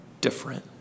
different